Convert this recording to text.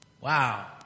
Wow